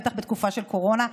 בטח בתקופה של קורונה,